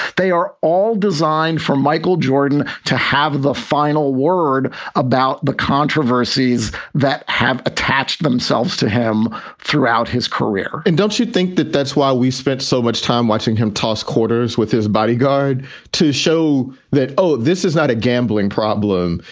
they are all designed from michael jordan to have the final word about the controversies that have attached themselves to him throughout his career and don't you think that that's why we spent so much time watching him? tosk quarters with his bodyguard to show that, oh, this is not a gambling problem.